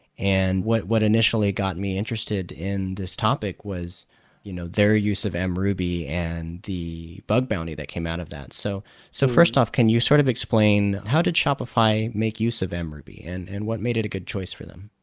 and what what initially got me interested in this topic was you know their use of and mruby and the bug bounty that came of that. so so first off, can you sort of explain, how did shopify make use of and mruby and and what made it a good choice for them?